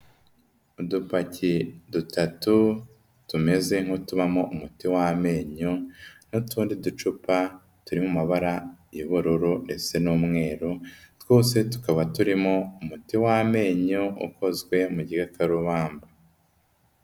Udupaki dutatu tumeze nk'utubamo umuti w'amenyo n'utundi ducupa turi mu mabara y'ubururu ndetse n'umweru, twose tukaba turimo umuti w'amenyo ukozwe mu gikakarubamba.